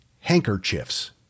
handkerchiefs